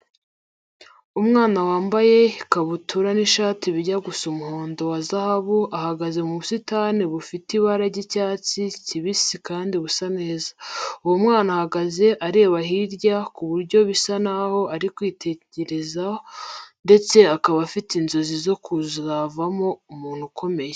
Umwana wambaye ikabutura n'ishati bijya gusa umuhondo wa zahabu ahagaze mu busitani bufite ibara ry'icyatsi kibisi kandi busa neza. Uwo mwana ahagaze areba hirya ku buryo bisa n'aho ari kwitekerezaho ndetse akaba afite inzozi zo kuzavamo umuntu ukomeye.